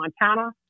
Montana